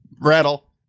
rattle